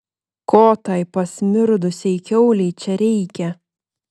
ko tai pasmirdusiai kiaulei čia reikia